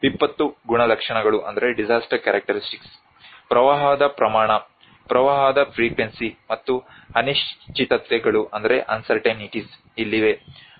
ವಿಪತ್ತು ಗುಣಲಕ್ಷಣಗಳು ಪ್ರವಾಹದ ಪ್ರಮಾಣ ಪ್ರವಾಹದ ಫ್ರಿಕ್ವೆನ್ಸಿ ಮತ್ತು ಅನಿಶ್ಚಿತತೆಗಳು ಇಲ್ಲಿವೆ